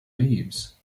leaves